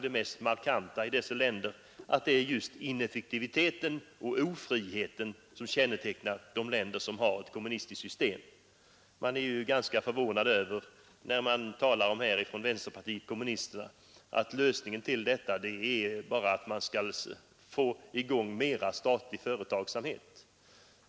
Det är just ineffektiviteten och ofriheten som kännetecknar de länder som har ett kommunistiskt system. Man blir förvånad när man hör företrädare för vänsterpartiet kommunisterna tala om att lösningen på detta problem är att sätta i gång mera statlig företagsamhet.